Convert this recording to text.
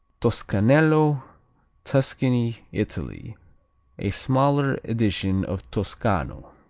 toscanello tuscany, italy a smaller edition of toscano.